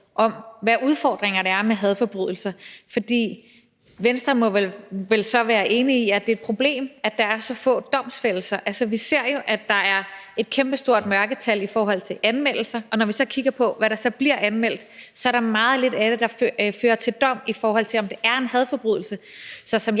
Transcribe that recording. om, hvad udfordringerne med hadforbrydelser er. For Venstre må vel så være enig i, at det er et problem, at der er så få domfældelser. Altså, vi ser jo, at der er et kæmpestort mørketal i forhold til anmeldelser, og når vi så kigger på, hvad der bliver anmeldt, er der meget lidt af det, der fører til dom, hvis det er en hadforbrydelse.